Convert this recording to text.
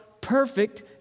perfect